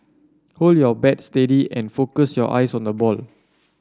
hold your bat steady and focus your eyes on the ball